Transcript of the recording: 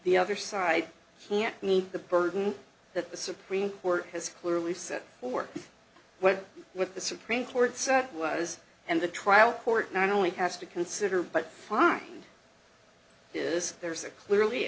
the other side can't meet the burden that the supreme court has clearly said or what with the supreme court said was and the trial court not only has to consider but find is there's a clearly